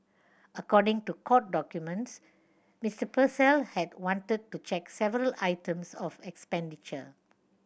according to court documents Mister Purcell had wanted to check several items of expenditure